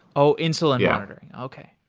oh, insulin yeah monitoring. okay.